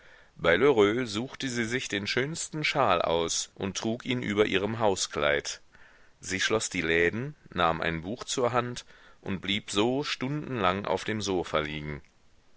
bei lheureux suchte sie sich den schönsten schal aus und trug ihn über ihrem hauskleid sie schloß die läden nahm ein buch zur hand und blieb so stundenlang auf dem sofa liegen